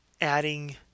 adding